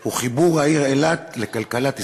הוא חיבור העיר אילת לכלכלת ישראל,